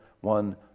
one